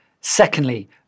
Secondly